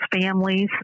families